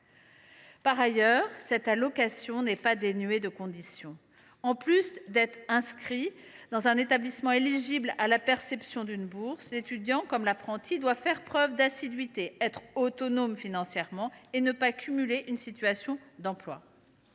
Par ailleurs, cette allocation n’est pas dénuée de conditions. En plus d’être inscrits dans un établissement éligible à la perception d’une bourse, l’étudiant comme l’apprenti doivent faire preuve d’assiduité, être autonomes financièrement et ne pas cumuler une situation d’emploi.